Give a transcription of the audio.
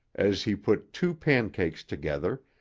as he put two pancakes together,